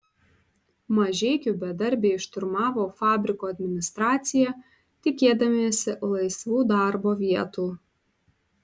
mažeikių bedarbiai šturmavo fabriko administraciją tikėdamiesi laisvų darbo vietų